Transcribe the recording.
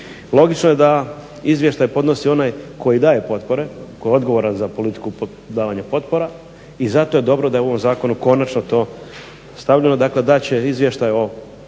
Logično je da izvještaj podnosi onaj koji daje potpore, koji je odgovoran za politiku davanja potpora i zato je dobro da je u ovom zakonu konačno to stavljeno, dakle da će izvještaj o potporama